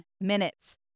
minutes